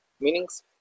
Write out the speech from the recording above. meanings